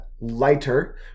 lighter